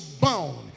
bound